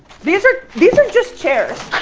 these are these are just chairs!